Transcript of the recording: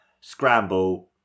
scramble